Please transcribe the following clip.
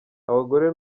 abagore